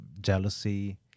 jealousy